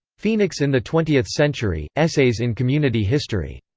phoenix in the twentieth century essays in community history.